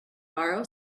borrow